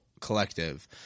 Collective